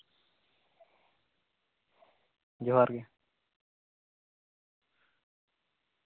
ᱡᱚᱦᱟᱨ ᱜᱮ